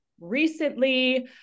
recently